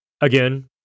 again